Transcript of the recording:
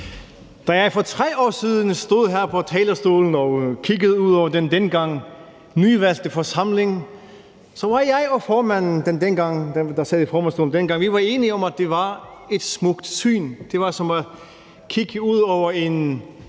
Da jeg for 3 år siden stod her på talerstolen og kiggede ud over den dengang nyvalgte forsamling, var jeg og den, der sad i formandsstolen dengang, enige om, at det var et smukt syn. Det var som at kigge ud over en